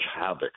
havoc